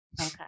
Okay